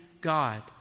God